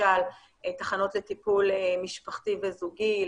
למשל תחנות לטיפול משפחתי וזוגי,